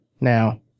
now